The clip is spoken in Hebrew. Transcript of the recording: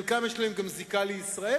לחלקם יש זיקה לישראל,